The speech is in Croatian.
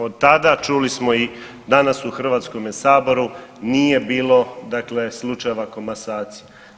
Od tada čuli smo i danas u Hrvatskome saboru nije bilo, dakle slučajeva komasacije.